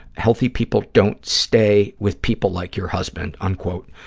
healthy people don't stay with people like your husband, unquote.